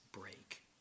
break